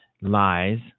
Lies